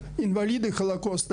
התרגום החופשי.